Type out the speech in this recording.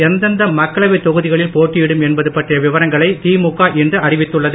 எந்தெந்த மக்களவை தொகுதிகளில் போட்டியிடும் என்பது பற்றிய விவரங்களை திமுக இன்று அறிவித்துள்ளது